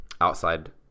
outside